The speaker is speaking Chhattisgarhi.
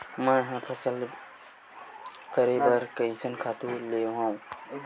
मैं ह फसल करे बर कइसन खातु लेवां?